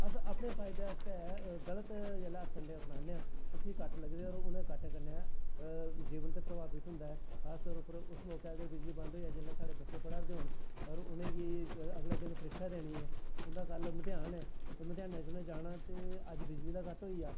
अस अपने फायदे आस्तै जिसलै गल्त हत्थकंडे अपनाने ते फ्ही कट्ट लगदे उनें कट्टें कन्नै जीवन प्रभावित होंदा ऐ खासकर उसलै बिजली बंद होई जा जिसलै साढ़े बच्चे पढ़ा करदे होन और उनेंगी अगले दिन परीक्षा देनी ऐ उंदा कल अमतिहान ऐ अज्ज बिजली दा कट्ट होइया